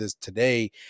today